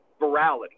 virality